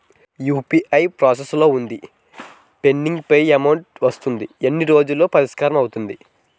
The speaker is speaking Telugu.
యు.పి.ఐ ప్రాసెస్ లో వుంది పెండింగ్ పే మెంట్ వస్తుంది ఎన్ని రోజుల్లో పరిష్కారం అవుతుంది